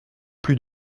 plus